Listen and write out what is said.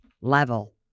level